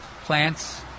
plants